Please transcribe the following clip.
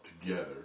together